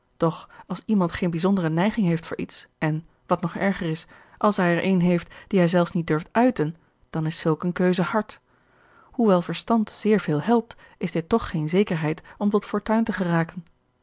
doch als iemand geene bijzondere neiging heeft voor iets en wat nog erger is als hij er eene heeft die hij zelfs niet durft uiten dan is zulk een keuze hard hoewel verstand zeer veel helpt is dit toch geene zekerheid om tot fortuin te geraken